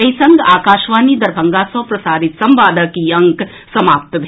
एहि संग आकाशवाणी दरभंगा सँ प्रसारित संवादक ई अंक समाप्त भेल